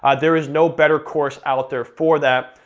ah there is no better course out there for that,